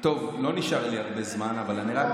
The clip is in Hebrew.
טוב, לא נשאר לי הרבה זמן, אז אני רק